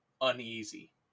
uneasy